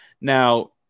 Now